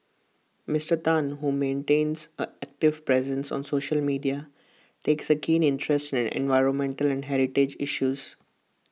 Mister Tan who maintains an active presence on social media takes A keen interest in environmental and heritage issues